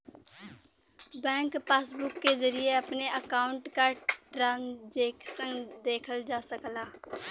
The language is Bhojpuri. बैंक पासबुक के जरिये अपने अकाउंट क ट्रांजैक्शन देखल जा सकला